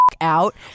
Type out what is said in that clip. out